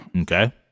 Okay